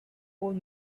old